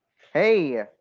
hey,